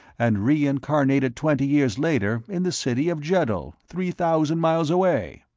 and reincarnated twenty years later in the city of jeddul, three thousand miles away.